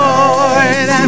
Lord